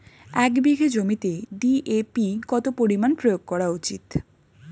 এক বিঘে জমিতে ডি.এ.পি কত পরিমাণ প্রয়োগ করা উচিৎ?